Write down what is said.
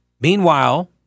Meanwhile